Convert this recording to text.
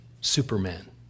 Superman